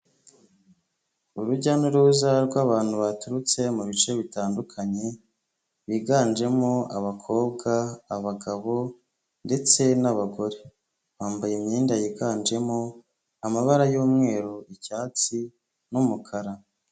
Urujya n'uruza rw'abantu baturutse mu bice bitandukanye biganjemo abakobwa, abagabo ndetse n'abagore bambaye imyenda yiganjemo amabara y'umweru, icyatsi n'umukara.